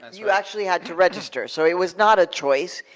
you actually had to register. so, it was not a choice.